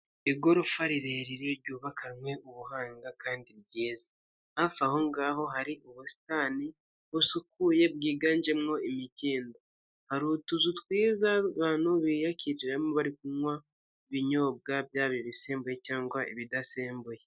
Igorofa rirerire ryubakanywe ubuhanga kandi ryiza. Hafi aho ngaho hari ubusitani busukuye, bwiganjemo imikindo. Hari utuzu twiza abantu biyakiriramo bari kunywa ibinyobwa byaba, ibisembuye cyangwa ibidasembuye.